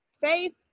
faith